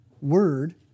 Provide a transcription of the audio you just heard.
word